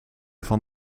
van